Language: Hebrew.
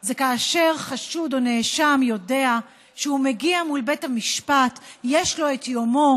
זה כאשר חשוד או נאשם יודע שכשהוא מגיע מול בית המשפט יש לו את יומו,